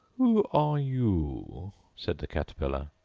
who are you said the caterpillar.